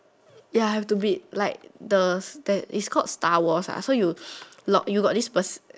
ya have to be like the it's called Star Wars ah so you lock you got this person